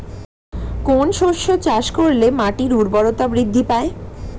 কোন শস্য চাষ করলে মাটির উর্বরতা বৃদ্ধি পায়?